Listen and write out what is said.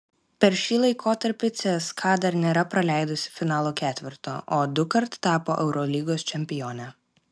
per šį laikotarpį cska dar nėra praleidusi finalo ketverto o dukart tapo eurolygos čempione